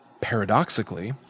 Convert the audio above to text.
paradoxically